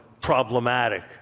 problematic